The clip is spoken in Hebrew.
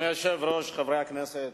אדוני היושב-ראש, חברי הכנסת,